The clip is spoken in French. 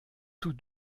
tous